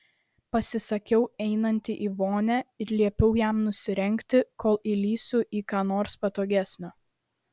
pasisakiau einanti į vonią ir liepiau jam nusirengti kol įlįsiu į ką nors patogesnio